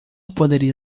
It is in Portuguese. poderia